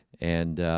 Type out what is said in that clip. and